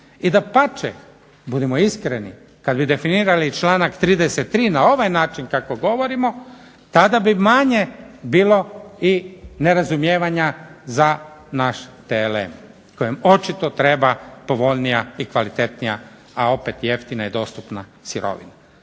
I dapače, budimo iskreni kad bi definirali članak 33. na ovaj način kako govorimo tada bi manje bilo i nerazumijevanja za naš TLM kojem očito treba povoljnija i kvalitetnija a opet jeftina i dostupna sirovina.